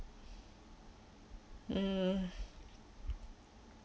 mm